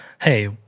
hey